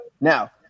Now